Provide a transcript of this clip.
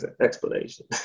explanation